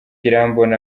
irambona